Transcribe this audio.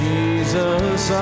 Jesus